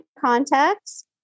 contacts